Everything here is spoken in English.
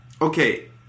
Okay